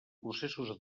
processos